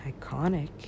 Iconic